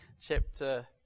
chapter